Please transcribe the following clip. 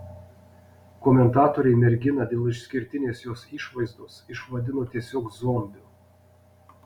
komentatoriai merginą dėl išskirtinės jos išvaizdos išvadino tiesiog zombiu